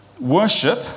worship